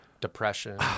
depression